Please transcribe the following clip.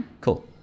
cool